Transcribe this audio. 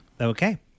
Okay